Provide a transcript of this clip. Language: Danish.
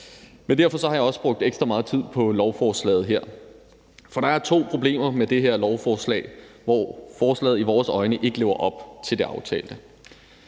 samlede aftale. Jeg har brugt ekstra meget tid på lovforslaget her, for der er to problemer med det her lovforslag, hvor forslaget i vores øjne ikke lever op til det aftalte.